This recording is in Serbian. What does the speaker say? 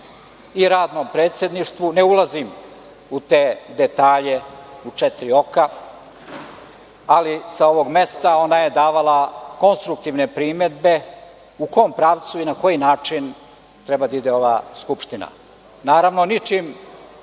i rad u predsedništvu, ne ulazi u te detalje u četiri oko, ali sa ovog mesta ona je davala konstruktivne primedbe u kom pravcu i na koji način treba da ide ova Skupština. Naravno, ničim